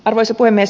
arvoisa puhemies